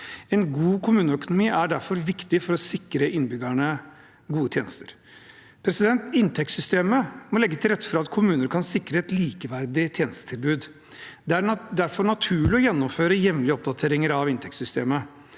En god kommuneøkonomi er derfor viktig for å sikre innbyggerne gode tjenester. Inntektssystemet må legge til rette for at kommuner kan sikre et likeverdig tjenestetilbud. Det er derfor naturlig å gjennomføre jevnlige oppdateringer av inntektssystemet.